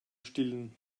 stillen